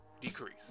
decrease